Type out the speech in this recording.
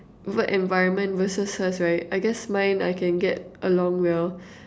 work environment versus hers right I guess mine I can get along well